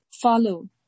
follow